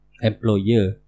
employer